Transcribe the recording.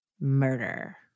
murder